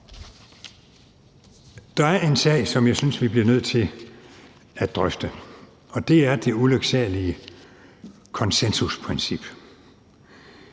Der er en sag, som jeg synes vi bliver nødt til at drøfte, og det er det ulyksalige konsensusprincip.